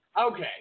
Okay